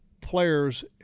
players